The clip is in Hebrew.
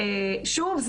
שוב,